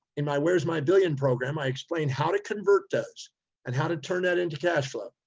in my where's my billion program, i explained how to convert those and how to turn that into cashflow.